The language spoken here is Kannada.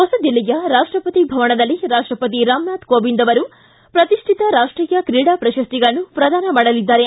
ಹೊಸದಿಲ್ಲಿಯ ರಾಷ್ಟಪತಿ ಭವನದಲ್ಲಿ ರಾಷ್ಟಪತಿ ರಾಮನಾಥ್ ಕೋವಿಂದ್ ಅವರು ಪ್ರತಿಷ್ಠಿತ ರಾಷ್ಟೀಯ ಕ್ರೀಡಾ ಪ್ರಶಸ್ತಿಗಳನ್ನು ಪ್ರದಾನ ಮಾಡಲಿದ್ದಾರೆ